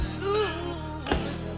lose